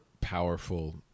powerful